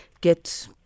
get